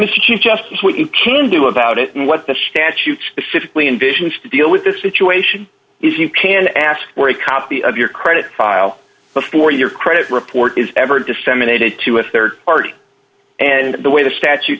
chief justice what you can do about it and what the statute specific lee envisions to deal with this situation is you can ask for a copy of your credit file before your credit report is ever disseminated to a rd party and the way the statute